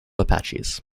apaches